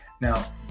Now